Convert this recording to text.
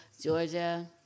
Georgia